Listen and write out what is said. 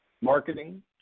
marketing